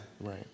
right